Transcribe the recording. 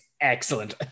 excellent